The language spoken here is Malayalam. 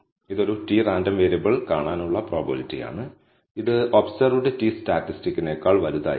ഇത് ഒരു t റാൻഡം വേരിയബിൾ കാണാനുള്ള പ്രോബബിലിറ്റിയാണ് ഇത് ഒബ്സർവ്ഡ് t സ്റ്റാറ്റിസ്റ്റിക്കിനേക്കാൾ വലുതായിരിക്കും